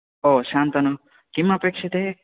ओ शान्तनु किम् अपेक्षते